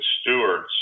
stewards